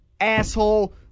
asshole